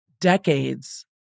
decades